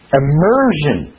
immersion